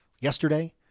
yesterday